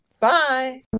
Bye